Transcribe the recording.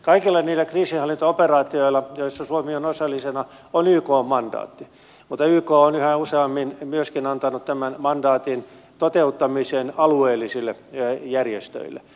kaikilla niillä kriisinhallintaoperaatioilla joissa suomi on osallisena on ykn mandaatti mutta yk on yhä useammin antanut tämän mandaatin toteuttamisen alueellisille järjestöille